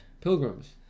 Pilgrims